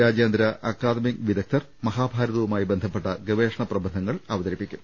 രാജ്യാന്തര അക്കാദമിക് വിദഗ്ദ്ധർ മഹാഭാരതവുമായി ബന്ധപ്പെട്ട ഗവേഷണ പ്രബന്ധങ്ങൾ അവതരിപ്പിക്കും